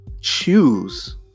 choose